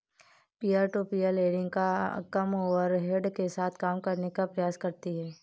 peer to peer lending कम overhead के साथ काम करने का प्रयास करती हैं